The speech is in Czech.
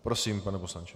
Prosím, pane poslanče.